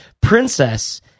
princess